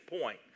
point